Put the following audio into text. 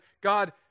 God